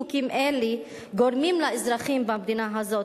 חוקים אלה גורמים לאזרחים במדינה הזאת,